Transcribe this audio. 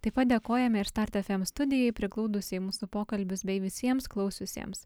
taip pat dėkojame ir start fm studijai priglaudusiai mūsų pokalbius bei visiems klausiusiems